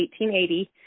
1880